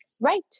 Right